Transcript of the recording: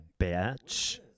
bitch